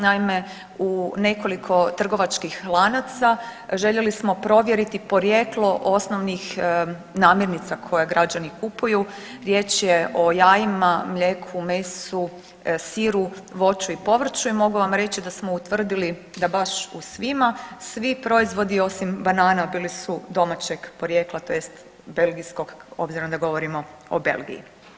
Naime, u nekoliko trgovačkih lanaca željeli smo provjeriti porijeklo osnovnih namirnica koje građani kupuju, riječ je o jajima, mlijeku, mesu, siru, voću i povrću i mogu vam reći da smo utvrdili da baš u svima svi proizvodi osim banana bili su domaćeg porijekla tj. belgijskog obzirom da govorimo o Belgiji.